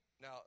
Now